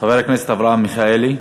חבר הכנסת אברהם מיכאלי.